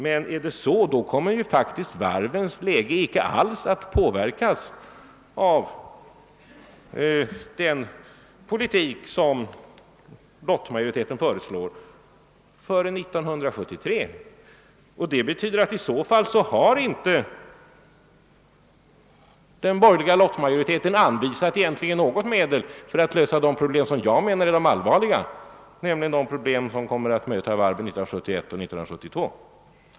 Men då kommer faktiskt varvens situation icke alls att påverkas av den politik som lottmajoriteten föreslår förrän år 1973. Den borgerliga lottmajoriteten har alltså inte anvisat något medel för att lösa de problem som jag menar är allvarliga, nämligen de som kommer att möta varven 1971 och 1972.